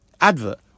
advert